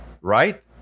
right